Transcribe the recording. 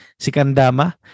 Sikandama